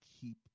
keep